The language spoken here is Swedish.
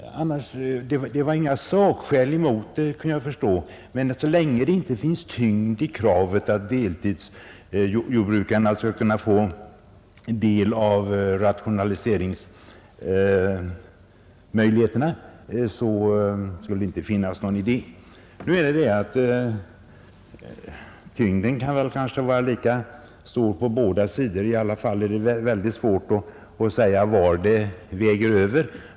Det fanns inte något sakskäl emot det, kunde jag förstå, men så länge det inte ligger tyngd i kravet att deltidsjordbrukarna skulle kunna få del av rationaliseringsmöjligheterna var det ingen idé att föra fram det. Nu kan väl tyngden vara lika stor på båda sidor. I alla fall är det väl väldigt svårt att säga var det väger över.